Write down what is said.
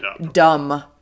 dumb